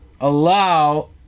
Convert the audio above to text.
allow